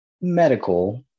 medical